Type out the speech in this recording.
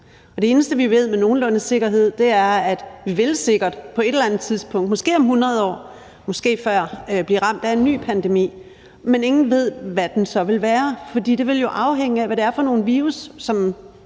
Det eneste, vi ved med nogenlunde sikkerhed, er, at vi sikkert på et eller andet tidspunkt, måske om 100 år, måske før, vil blive ramt af en ny pandemi, men ingen ved, hvad for en det vil være, for det vil jo afhænge af, hvad det er for nogle virusser, som